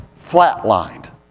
flatlined